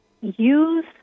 use